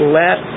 let